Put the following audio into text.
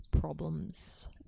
problems